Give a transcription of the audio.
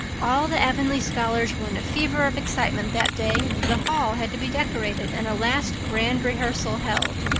all the avonlea scholars were in a fever of excitement that day, for the hall had to be decorated and a last grand rehearsal held.